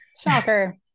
Shocker